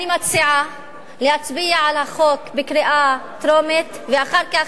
אני מציעה להצביע על החוק בקריאה טרומית ואחר כך,